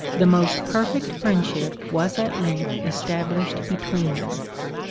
the most perfect friendship was at length established between them.